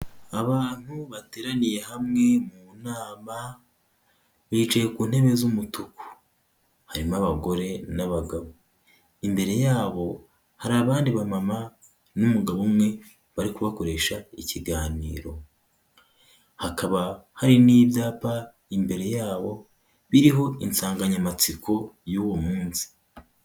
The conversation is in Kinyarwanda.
Abantu bateraniye hamwe mu nama, bicaye ku ntebe z'umutuku. Harimo abagore n'abagabo. Imbere yabo hari abandi ba mama n'umugabo umwe, bari kubakoresha ikiganiro. Hakaba hari n'ibyapa imbere yabo, biriho insanganyamatsiko y'uwo munsi.